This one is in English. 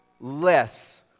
less